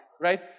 right